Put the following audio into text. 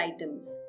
items